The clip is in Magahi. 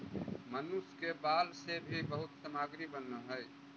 मनुष्य के बाल से भी बहुत सामग्री बनऽ हई